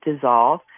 dissolve